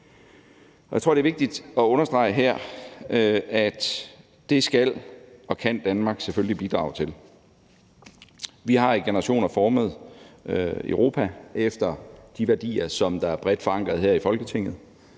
jeg tror, det er vigtigt at understrege her, at det skal og kan Danmark selvfølgelig bidrage til. Vi har i generationer formet Europa efter de værdier, der også er bredt forankrede her i Folketinget,